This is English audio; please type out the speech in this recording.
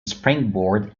springboard